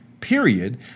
period